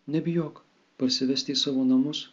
nebijok parsivesti į savo namus